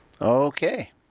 Okay